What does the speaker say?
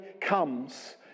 comes